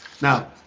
Now